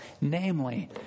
namely